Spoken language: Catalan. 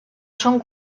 són